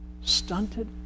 stunted